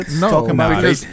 No